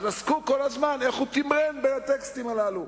אז עסקו כל הזמן בשאלה איך הוא תמרן בין הטקסטים הללו.